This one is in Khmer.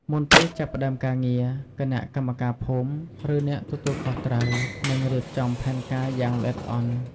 មុនពេលចាប់ផ្ដើមការងារ គណៈកម្មការភូមិ ឬអ្នកទទួលខុសត្រូវ នឹងរៀបចំផែនការយ៉ាងល្អិតល្អន់។